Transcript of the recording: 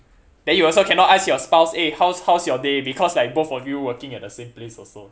then you also cannot ask your spouse eh how's how's your day because like both of you working at the same place also